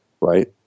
right